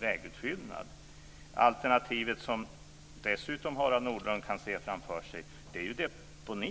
vägutfyllnad. Det alternativ som Harald Nordlund dessutom kan se framför sig är ju deponi.